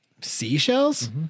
Seashells